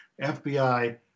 FBI